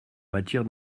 matière